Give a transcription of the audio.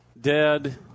dead